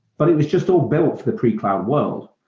but it was just all built for the pre-cloud world.